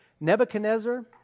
Nebuchadnezzar